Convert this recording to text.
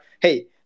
Hey